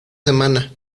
semana